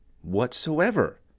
whatsoever